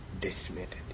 decimated